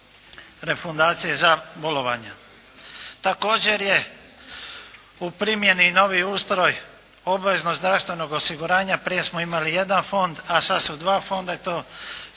refundacije za bolovanja. Također je u primjeni novi ustroj obveznog zdravstvenog osiguranja, prije smo imali jedan fond a sada su dva fonda i to